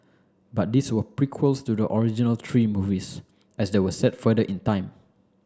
but these were prequels to the original three movies as they were set further in time